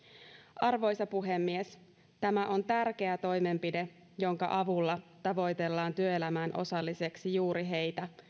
arvoisa puhemies tämä on tärkeä toimenpide jonka avulla tavoitellaan työelämään osallisiksi juuri heitä